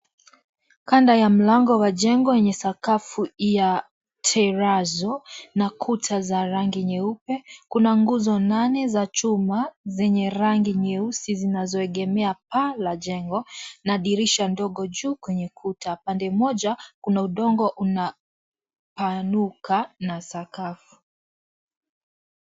Kando ya mlango wa jengo yenye sakafu ya Trilazzo na kuta za rangi nyeupe. Kuna nguzo nane za chuma zenye rangi nyeusi zinazoegemea paa la jengo na dirisha ndogo juu kwenye kuta. Pande moja kuna udongo una panuka sakafu.